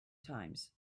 times